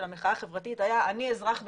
המחאה החברתית היה "אני אזרח בתפקיד".